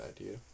idea